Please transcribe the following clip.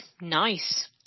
Nice